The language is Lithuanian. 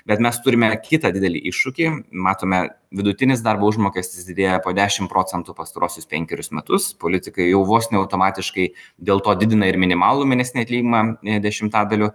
bet mes turime kitą didelį iššūkį matome vidutinis darbo užmokestis didėja po dešim procentų pastaruosius penkerius metus politikai jau vos ne automatiškai dėl to didina ir minimalų mėnesinį atlyginimą dešimtadaliu